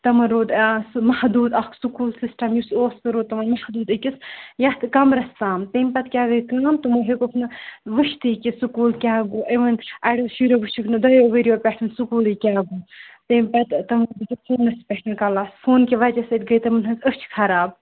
تَمن روٗد سُہ محدوٗد اکھ سکوٗل سِسٹم یُس اوس سُہ روٗد تِمن محدوٗد أکس یَتھ کَمرس تام تَمہِ پَتہٕ کیاہ گٔے کٲم تِمو ہیوٚکُکھ نہٕ وٕچھتی کہِ سکوٗل کیاہ گوٚو اِوٕن اَڑیو شُریو وٕچھُک نہٕ دۄیو ؤریو پیٹھ سکوٗلٕے کیاہ گوٚو تمہِ پَتہٕ تِمن دِتُک فونس پیٹھ کٕلاس فونہٕ کہِ وجہ سۭتۍ گٔے تِمن ہٕنٛز أچھ خراب